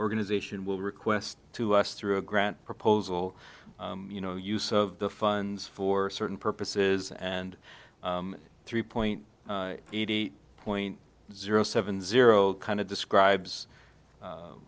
organization will request to us through a grant proposal you know use of the funds for certain purposes and three point eight eight point zero seven zero kind of describes